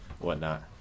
whatnot